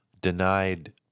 denied